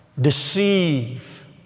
deceive